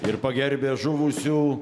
ir pagerbia žuvusių